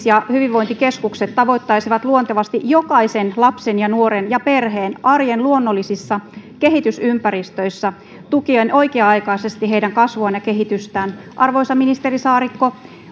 ja hyvinvointikeskukset tavoittaisivat luontevasti jokaisen lapsen ja nuoren ja perheen arjen luonnollisissa kehitysympäristöissä tukien oikea aikaisesti heidän kasvuaan ja kehitystään arvoisa ministeri saarikko